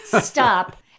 stop